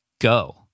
go